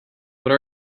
what